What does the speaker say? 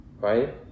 right